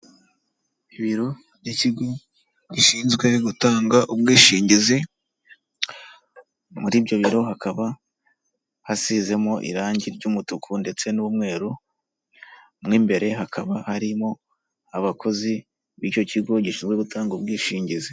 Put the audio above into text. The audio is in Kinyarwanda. Ibiro by'ikigo gishinzwe gutanga ubwishingizi, muri ibyo biro hakaba hasizemo irangi ry'umutuku ndetse n'umweru, mo imbere hakaba harimo abakozi b'icyo kigo gishinzwe gutanga ubwishingizi.